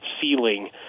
ceiling